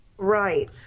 Right